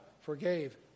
forgave